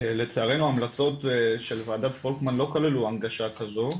לצערנו ההמלצות של 'וועדות פולקמן' לא כללו הנגשה כזו,